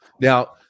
Now